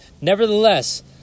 Nevertheless